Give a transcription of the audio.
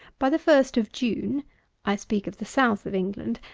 by the first of june i speak of the south of england,